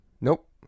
Nope